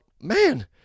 man